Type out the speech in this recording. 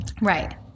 Right